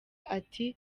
ati